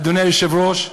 אדוני היושב-ראש,